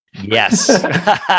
Yes